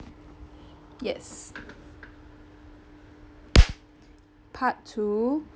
yes part two